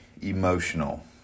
emotional